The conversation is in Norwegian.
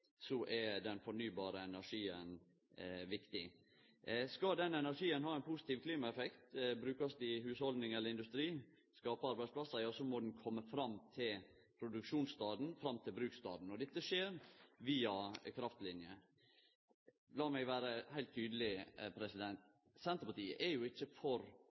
er den fornybare energien viktig. Skal denne energien ha ein positiv klimaeffekt, brukast i hushaldningar eller industri – skape grøne arbeidsplassar – må han kome fram til produksjonsstaden og fram til bruksstaden. Dette skjer via kraftlinjer. Lat meg vere heilt tydeleg. Senterpartiet er jo ikkje for